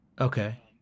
Okay